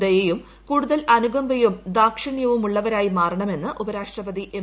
ദയയും കൂടുതൽ അനുകമ്പയും ദാക്ഷിണ്യവും ഉള്ളവരായി മാറണമെന്ന് ഉപരാഷ്ട്രപതി എം